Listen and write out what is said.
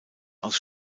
aus